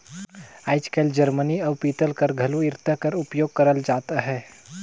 आएज काएल जरमनी अउ पीतल कर घलो इरता कर उपियोग करल जात अहे